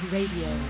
Radio